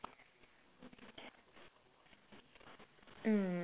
mm